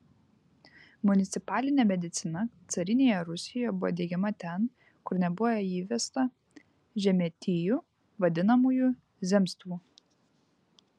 municipalinė medicina carinėje rusijoje buvo diegiama ten kur nebuvo įvesta žemietijų vadinamųjų zemstvų